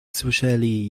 słyszeli